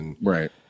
Right